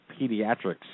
pediatrics